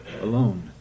alone